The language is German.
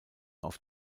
auf